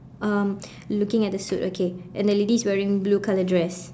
um looking at the suit okay and that lady is wearing blue colour dress